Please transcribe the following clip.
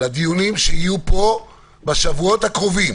לדיונים שיהיו פה בשבועות הקרובים.